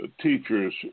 teachers